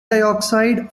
dioxide